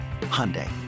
Hyundai